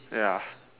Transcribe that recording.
ya